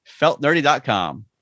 Feltnerdy.com